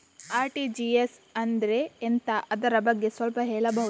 RTGS ಅಂದ್ರೆ ಎಂತ ಅದರ ಬಗ್ಗೆ ಸ್ವಲ್ಪ ಹೇಳಬಹುದ?